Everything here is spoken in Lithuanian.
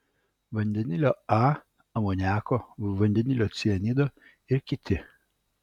vandenilio a amoniako vandenilio cianido ir kiti